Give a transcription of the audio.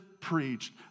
preached